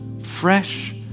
fresh